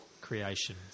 creation